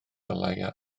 ddylai